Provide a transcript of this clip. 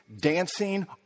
dancing